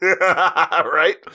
right